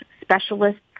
specialists